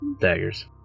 daggers